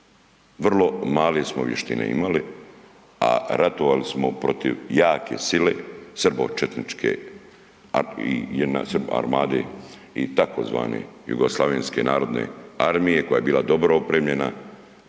Vrlo male vještine smo imali, a ratovali smo protiv jake sile, srbočetničke i armade i tzv. Jugoslavenske narodne armije koja je bila dobro opremljena,